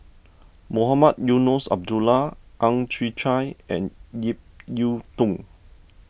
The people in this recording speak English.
Mohamed Eunos Abdullah Ang Chwee Chai and Ip Yiu Tung